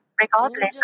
regardless